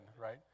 right